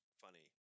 funny